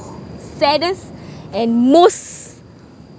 saddest and most